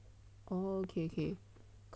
oh ok ok cause last time